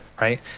right